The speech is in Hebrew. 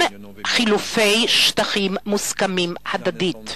עם חילופי שטחים מוסכמים הדדית.